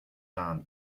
term